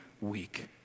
week